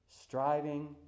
Striving